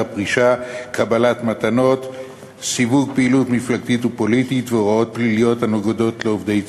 בקשר לתעמולה אסורה והוראות נוספות פרי